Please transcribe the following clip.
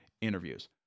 interviews